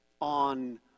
on